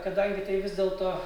kadangi tai vis dėlto